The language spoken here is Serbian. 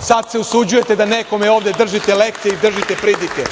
sada se usuđujete da nekome ovde držite lekcije i držite pridike.